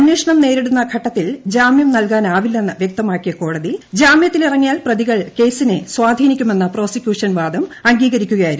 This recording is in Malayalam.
അന്വേഷണം നേരിടുന്ന ഘട്ടത്തിൽ ജാമ്യം നൽകാനാവില്ലെന്ന് വൃക്തമാക്കിയ കോടതി ജാമൃത്തിലിറങ്ങിയാൽ പ്രതികൾ കേസിനെ സ്വാധീനിക്കുമെന്നു പ്രോസിക്യൂഷന്റെ വാദം അംഗീകരിക്കുകയായിരുന്നു